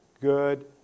good